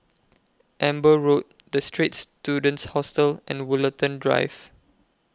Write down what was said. Amber Road The Straits Students Hostel and Woollerton Drive